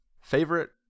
favorite